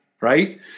right